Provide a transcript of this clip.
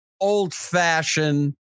old-fashioned